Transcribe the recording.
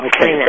Okay